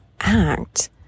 act